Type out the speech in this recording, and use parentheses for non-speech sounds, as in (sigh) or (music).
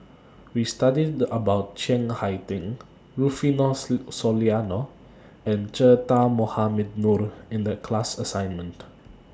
We studied about Chiang Hai Ding Rufino (unintelligible) Soliano and Che Dah Mohamed Noor in The class assignment